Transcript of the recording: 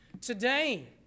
Today